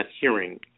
hearing